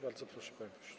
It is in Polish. Bardzo proszę, panie pośle.